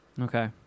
Okay